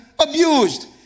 abused